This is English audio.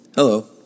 Hello